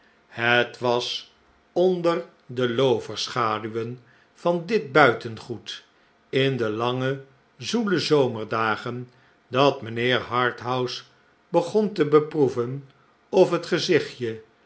het was onder de looverschaduwen van dit buitengoed in de lange zoele zomerdagen dat mijnheer harthouse begon te beproeven of het gezichtje